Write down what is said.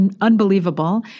unbelievable